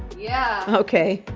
yeah. okay.